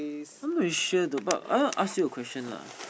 I'm very sure though but I want to ask you a question lah